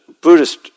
Buddhist